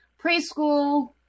Preschool